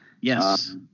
Yes